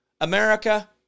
America